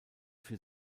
für